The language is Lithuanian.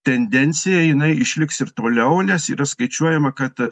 tendencija jinai išliks ir toliau nes yra skaičiuojama kad